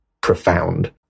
profound